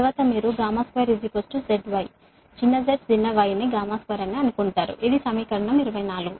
తరువాత మీరు 2 zy చిన్న z చిన్న y ని 2 అని అనుకుంటారు ఇది సమీకరణం 24